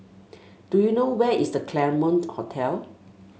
do you know where is The Claremont Hotel